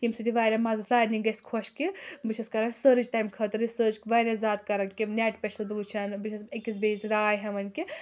ییٚمۍ سۭتۍ یہِ واریاہ مَزٕ سارنی گژھِ خۄش کہِ بہٕ چھَس کَران سٔرٕچ تَمہِ خٲطرٕ رِسٲرٕچ واریاہ زیادٕ کَران کہِ نٮ۪ٹ پٮ۪ٹھ چھَس بہٕ وٕچھان بہٕ چھَس أکِس بیٚیِس راے ہٮ۪وان کہِ